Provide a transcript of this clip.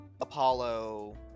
apollo